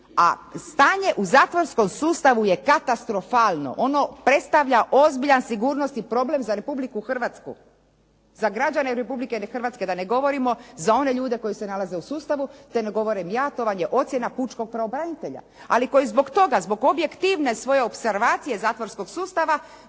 a stanje u zatvorskom sustavu je katastrofalno, ono predstavlja ozbiljan sigurnosni problem za Republiku Hrvatsku, za građane Republike Hrvatske, da ne govorimo za one ljude koji se nalaze u sustavu, to ne govorim ja, to vam je ocjena Pučkog pravobranitelja. Ali koji zbog toga, zbog objektivne svoje opservacije zatvorskog sustava